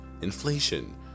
inflation